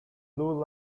low